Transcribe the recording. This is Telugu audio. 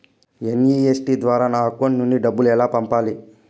ఎన్.ఇ.ఎఫ్.టి ద్వారా నా అకౌంట్ నుండి డబ్బులు ఎలా పంపాలి